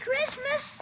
Christmas